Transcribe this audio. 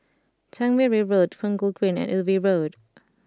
Tangmere Road Punggol Green and Ubi Road